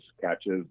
catches